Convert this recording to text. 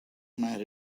mad